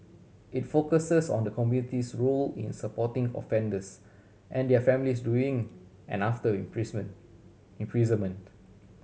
it focuses on the community's role in supporting offenders and their families doing and after imprisonment imprisonment